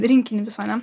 rinkinį visą ne